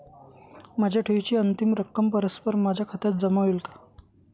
माझ्या ठेवीची अंतिम रक्कम परस्पर माझ्या खात्यात जमा होईल का?